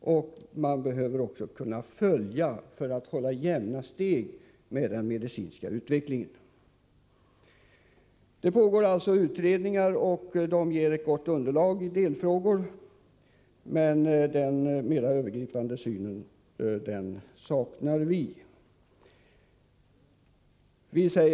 Vi behöver också kunna följa arbetet för att kunna hålla jämna steg med den medicinska utvecklingen. Det pågår alltså utredningar, och de ger ett gott underlag i delfrågor, men den mera övergripande synen saknar vi.